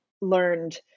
learned